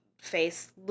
face